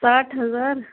ساٹھ ہزار